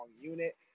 unit